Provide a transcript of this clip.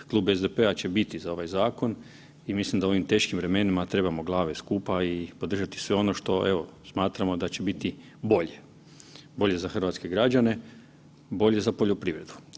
Klub SDP-a će biti za ovaj zakon i mislim da u ovim teškim vremenima trebamo glave skupa i podržati sve ono što smatramo da će biti bolje, bolje za hrvatske građane, bolje za poljoprivredu.